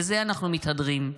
בזה אנחנו מתהדרים.